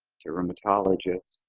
to rheumatologists,